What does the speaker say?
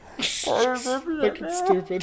stupid